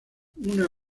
una